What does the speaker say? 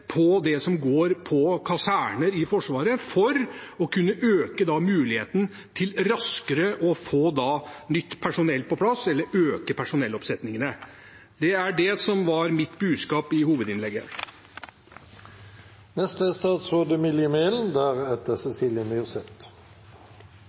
kaserner i Forsvaret – for å kunne øke muligheten til raskere å få nytt personell på plass eller øke personelloppsetningene. Det var det som var mitt budskap i hovedinnlegget. Svalbard er